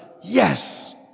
yes